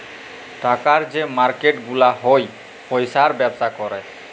টাকার যে মার্কেট গুলা হ্যয় পয়সার ব্যবসা ক্যরে